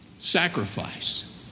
Sacrifice